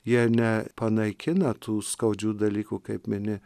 jie ne panaikina tų skaudžių dalykų kaip mini